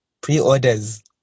pre-orders